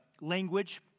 language